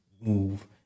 move